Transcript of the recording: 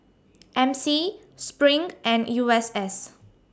M C SPRING and U S S